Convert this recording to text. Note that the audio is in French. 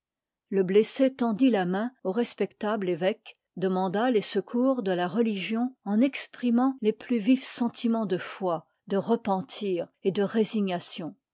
le blessé tendit la main au respectable évcque demanda les secours de la religion en exprimant les plus vifs sentiip part mens de foi de repentir et de rësignation